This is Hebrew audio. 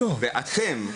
ואתם,